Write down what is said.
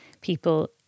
people